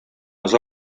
les